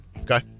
Okay